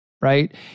right